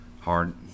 hard